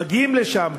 מגיעים לשם,